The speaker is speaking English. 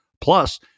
plus